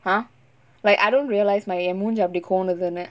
ah like I don't realise my என் மூஞ்சி அப்டி கொனுதுன்னு:en moonji appdi konuthunnu